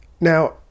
Now